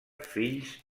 fills